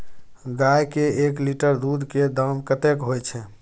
गाय के एक लीटर दूध के दाम कतेक होय छै?